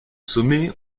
sommet